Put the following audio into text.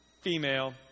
Female